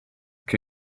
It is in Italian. che